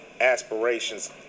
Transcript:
aspirations